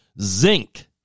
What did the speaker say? Zinc